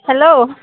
hello